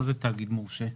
מה זה "תאגיד מורשה"?